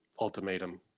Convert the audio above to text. ultimatum